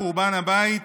חורבן הבית,